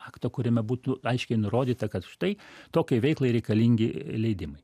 akto kuriame būtų aiškiai nurodyta kad štai tokiai veiklai reikalingi leidimai